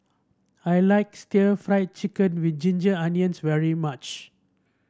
I like still Fried Chicken with Ginger Onions very much